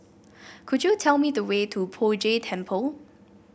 could you tell me the way to Poh Jay Temple